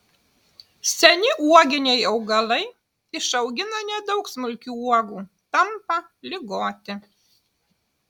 seni uoginiai augalai išaugina nedaug smulkių uogų tampa ligoti